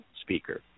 speaker